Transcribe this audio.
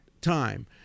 time